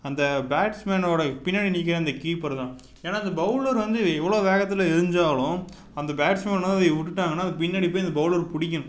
அந்த பேட்ஸ்மேனோட பின்னாடி நிற்கிற அந்த கீப்பர் தான் ஏன்னா அந்த பவுலர் வந்து எவ்வளோ வேகத்தில் எறிஞ்சாலும் அந்த பேட்ஸ்மேன் விட்டுட்டாங்கன்னா அது பின்னாடி போய் அந்த பவுலர் பிடிக்கணும்